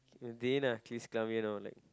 Dayna she is coming you know like